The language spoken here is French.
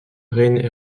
reine